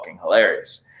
hilarious